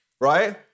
Right